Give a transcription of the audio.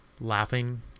laughing